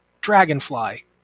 dragonfly